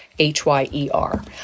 H-Y-E-R